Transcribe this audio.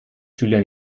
schüler